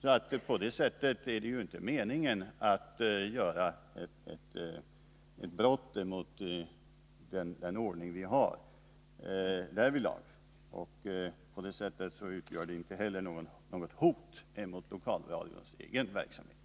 så det är inte meningen att bryta mot den ordning vi har därvidlag. På det sättet utgör de inte heller något hot mot lokalradions egen normala verksamhet.